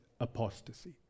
apostasy